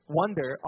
wonder